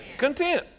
content